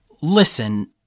listen